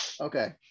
Okay